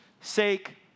sake